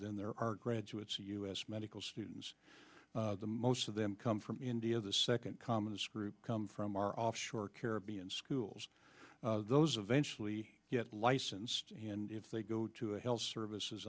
than there are graduates of us medical students the most of them come from india the second commonest group come from our offshore caribbean schools those eventually get licensed and if they go to a health services